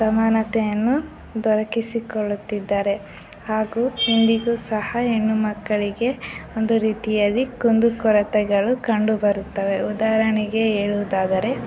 ಸಮಾನತೆಯನ್ನು ದೊರಕಿಸಿಕೊಳ್ಳುತ್ತಿದ್ದಾರೆ ಹಾಗೂ ಇಂದಿಗೂ ಸಹ ಹೆಣ್ಣುಮಕ್ಕಳಿಗೆ ಒಂದು ರೀತಿಯಲ್ಲಿ ಕುಂದುಕೊರತೆಗಳು ಕಂಡುಬರುತ್ತವೆ ಉದಾಹರಣೆಗೆ ಹೇಳುವುದಾದರೆ